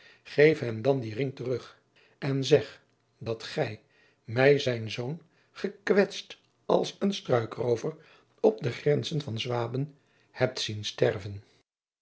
geef hem dan dien ring terug en zeg dat gij mij zijn zoon gekwetst als een struikroover op de grenzen van waben hebt zien sterven